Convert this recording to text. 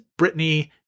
Britney